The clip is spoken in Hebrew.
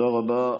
תודה רבה.